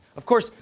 of course,